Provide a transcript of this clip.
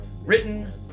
written